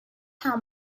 how